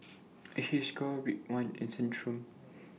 Hiruscar Ridwind and Centrum